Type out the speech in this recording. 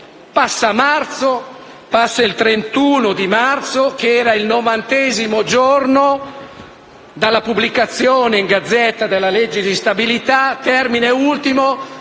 passa il 31 marzo, che era il novantesimo giorno dalla pubblicazione in *Gazzetta Ufficiale* della legge di stabilità, termine ultimo